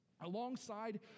alongside